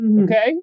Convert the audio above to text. Okay